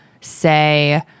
say